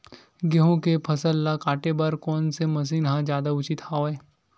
गेहूं के फसल ल काटे बर कोन से मशीन ह जादा उचित हवय?